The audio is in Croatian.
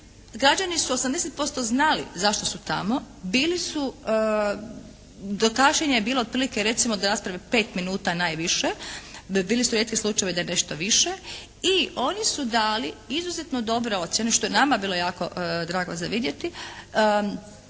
Građani su 80% znali zašto su tamo. Bili su, do kašnjenja je bilo otprilike recimo do rasprave 5 minuta najviše bi, bili su rijetki slučajevi da je nešto više, i oni su dali izuzetno dobre ocjene, što je nama bilo jako drago za vidjeti